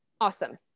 Awesome